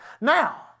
Now